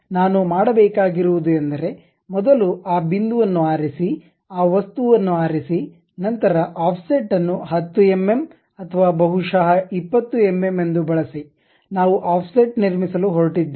ಆದ್ದರಿಂದ ನಾನು ಮಾಡಬೇಕಾಗಿರುವುದು ಎಂದರೆ ಮೊದಲು ಆ ಬಿಂದುವನ್ನು ಆರಿಸಿ ಆ ವಸ್ತುವನ್ನು ಆರಿಸಿ ನಂತರ ಆಫ್ಸೆಟ್ ಅನ್ನು 10 ಎಂಎಂ ಅಥವಾ ಬಹುಶಃ 20 ಎಂಎಂ ಎಂದು ಬಳಸಿ ನಾವು ಆಫ್ಸೆಟ್ ನಿರ್ಮಿಸಲು ಹೊರಟಿದ್ದೇವೆ